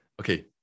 Okay